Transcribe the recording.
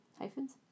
Hyphens